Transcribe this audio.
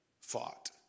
fought